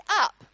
up